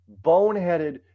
boneheaded